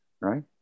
right